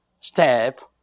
step